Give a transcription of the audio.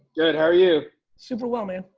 good how are you? super well, man.